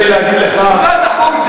אולי תחגוג את זה.